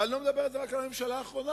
ואני לא מדבר רק על הממשלה האחרונה,